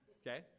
okay